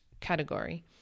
category